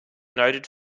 noted